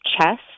chest